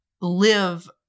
live